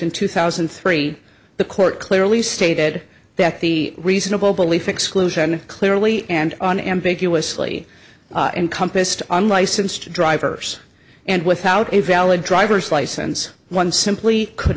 in two thousand and three the court clearly stated that the reasonable belief exclusion clearly and unambiguously encompassed unlicensed drivers and without a valid driver's license one simply could